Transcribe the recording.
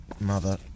mother